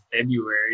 February